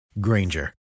Granger